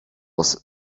was